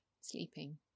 sleeping